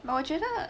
but 我觉得